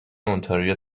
اونتاریو